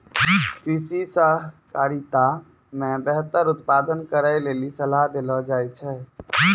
कृषि सहकारिता मे बेहतर उत्पादन करै लेली सलाह देलो जाय छै